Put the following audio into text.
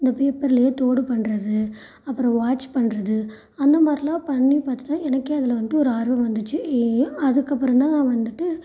இந்த பேப்பர்லையே தோடு பண்ணுறது அப்புறம் வாட்ச் பண்ணுறது அந்த மாதிரிலாம் பண்ணி பார்த்துட்டு தான் எனக்கே அதில் வந்துட்டு ஒரு ஆர்வம் வந்துச்சு ஏ அதுக்கப்புறம் தான் நான் வந்துட்டு